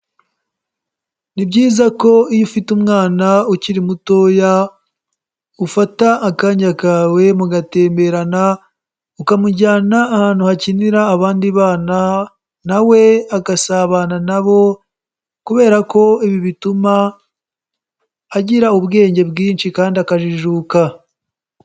Ni byiza ko iyo ufite umwana ukiri mutoya ufata akanya kawe mugatemberana, ukamujyana ahantu hakinira abandi bana na we agasabana na bo kubera ko ibi bituma agira ubwenge bwinshi kandi akajijuka.